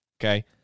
Okay